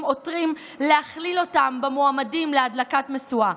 עותרים להכליל אותם במועמדים להדלקת משואה.